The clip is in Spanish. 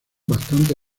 bastante